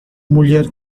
mulher